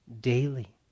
daily